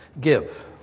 Give